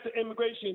immigration